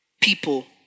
people